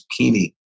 zucchini